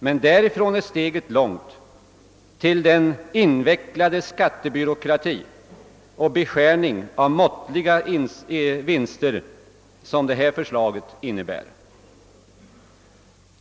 Men därifrån är steget långt till den invecklade skattebyråkrati och beskärning av måttliga vinster som detta förslag innebär.